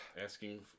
Asking